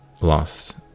lost